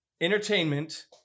entertainment